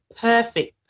perfect